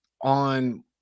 on